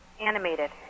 animated